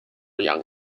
young